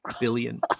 billion